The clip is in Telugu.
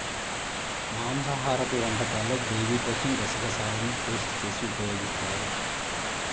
మాంసాహరపు వంటకాల్లో గ్రేవీ కోసం గసగసాలను పేస్ట్ చేసి ఉపయోగిస్తారు